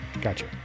Gotcha